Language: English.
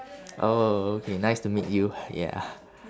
oh okay nice to meet you yeah